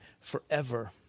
forever